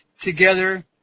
together